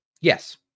Yes